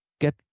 get